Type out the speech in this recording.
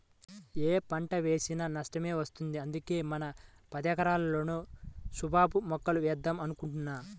యే పంట వేసినా నష్టమే వత్తంది, అందుకే మన పదెకరాల్లోనూ సుబాబుల్ మొక్కలేద్దాం అనుకుంటున్నా